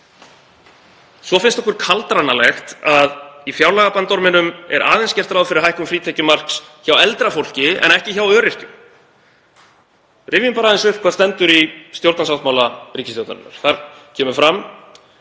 Svo finnst okkur kaldranalegt að í fjárlagabandorminum er aðeins gert ráð fyrir hækkun frítekjumarks hjá eldra fólki en ekki hjá öryrkjum. Rifjum aðeins upp hvað stendur í stjórnarsáttmála ríkisstjórnarinnar. Þar kemur fram